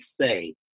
say